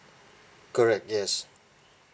correct yes